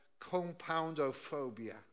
compoundophobia